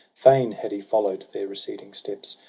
fain had he follow'd their receding steps,